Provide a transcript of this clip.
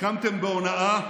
הקמתם בהונאה